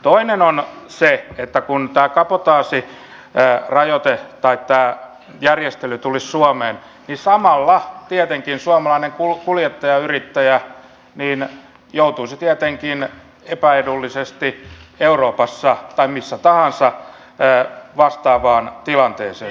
toinen on se että kun tämä kabotaasijärjestely tulisi suomeen niin samalla suomalainen kuljettajayrittäjä joutuisi tietenkin epäedullisesti euroopassa tai missä tahansa vastaavaan tilanteeseen